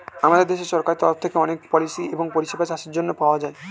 আমাদের দেশের সরকারের তরফ থেকে অনেক পলিসি এবং পরিষেবা চাষের জন্যে পাওয়া যায়